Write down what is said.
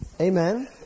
Amen